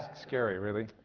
scary, really.